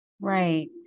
Right